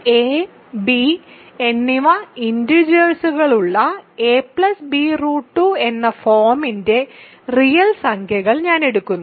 a b എന്നിവ ഇന്റിജേഴ്സ്കളുള്ള a b2 എന്ന ഫോമിന്റെ റിയൽ സംഖ്യകൾ ഞാൻ എടുക്കുന്നു